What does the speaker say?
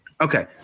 Okay